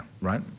right